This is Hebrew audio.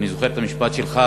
ואני זוכר את המשפט שלך,